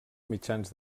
mitjans